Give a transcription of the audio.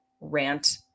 rant